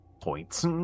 points